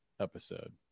episode